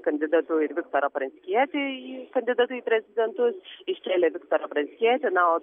kandidatu ir viktorą pranckietį į kandidatu į prezidentus iškėlė viktorą pranckietį na o